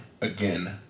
again